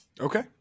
Okay